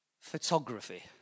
photography